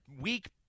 weak